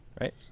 right